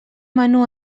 menú